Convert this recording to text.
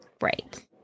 Right